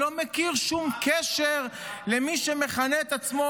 אני לא מכיר שום קשר של מי שמכנה את עצמו